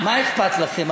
אכפת לכם?